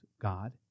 God